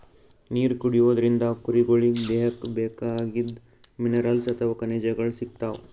ನೀರ್ ಕುಡಿಯೋದ್ರಿಂದ್ ಕುರಿಗೊಳಿಗ್ ದೇಹಕ್ಕ್ ಬೇಕಾಗಿದ್ದ್ ಮಿನರಲ್ಸ್ ಅಥವಾ ಖನಿಜಗಳ್ ಸಿಗ್ತವ್